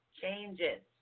changes